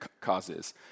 causes